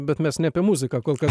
bet mes ne apie muziką kol kas